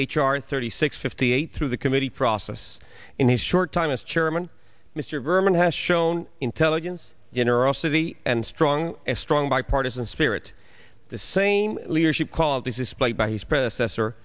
r thirty six fifty eight through the committee process in his short time as chairman mr berman has shown intelligence in iraq city and strong a strong bipartisan spirit the same leadership qualities displayed by his predecessor